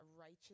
righteous